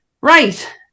right